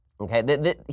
Okay